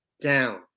down